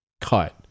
cut